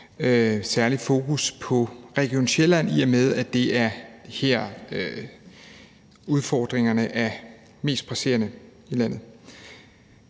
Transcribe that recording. særligt fokus på Region Sjælland, i og med at det er her, udfordringerne er mest presserende i landet.